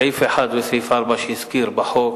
סעיף 1 וסעיף 4 שהזכיר בחוק